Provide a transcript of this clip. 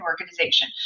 organization